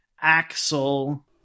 Axel